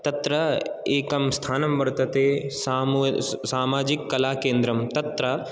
तत्र एकं स्थानं वर्तते सामाजिक्कलाकेन्द्रं तत्र